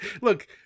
Look